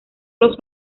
los